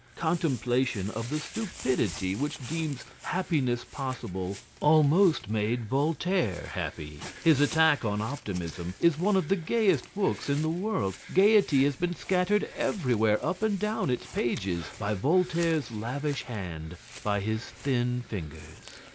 contemplation of the stupidity which deems happiness possible almost made voltaire happy. his attack on optimism is one of the gayest books in the world. gaiety has been scattered everywhere up and down its pages by voltaire's lavish hand, by his thin fingers.